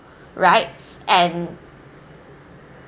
right and